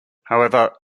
however